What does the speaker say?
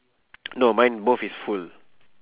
no mine both is full